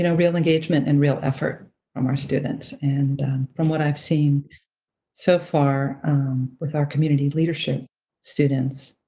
you know real engagement and real effort from our students. and from what i've seen so far with our community leadership students,